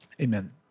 amen